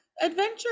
adventure